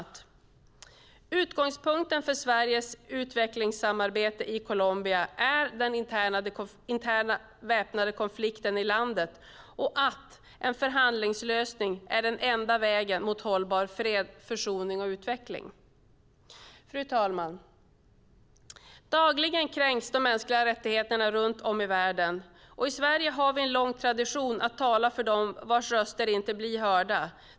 Utgångspunkten för Sveriges utvecklingssamarbete i Colombia är den interna väpnade konflikten i landet och att en förhandlingslösning är den enda vägen mot hållbar fred, försoning och utveckling. Fru talman! Dagligen kränks de mänskliga rättigheterna runt om i världen. I Sverige har vi en lång tradition av att tala för dem vars röster inte blir hörda.